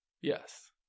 Yes